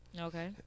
okay